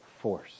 force